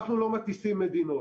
אנחנו לא מטיסים מדינות.